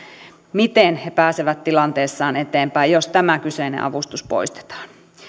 miten he pääsevät tilanteessaan eteenpäin jos tämä kyseinen avustus poistetaan